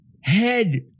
Head